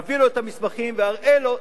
אביא לו את המסמכים ואראה לו.